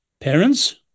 parents